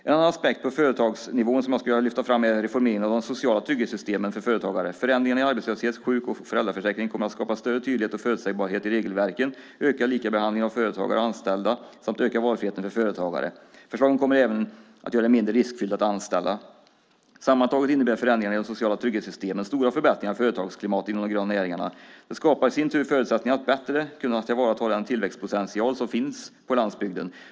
En annan aspekt på företagsnivån som jag skulle vilja lyfta fram är reformeringen av de sociala trygghetssystemen för företagare. Förändringarna i arbetslöshets-, sjuk och föräldraförsäkring kommer att skapa större tydlighet och förutsägbarhet i regelverken, öka likabehandlingen av företagare och anställda samt öka valfriheten för företagare. Förslagen kommer även att göra det mindre riskfyllt att anställa. Sammantaget innebär förändringarna i de sociala trygghetssystemen stora förbättringar av företagsklimatet inom de gröna näringarna. Det skapar i sin tur förutsättningar att bättre kunna tillvarata den tillväxtpotential som finns på landsbygden.